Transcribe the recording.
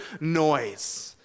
noise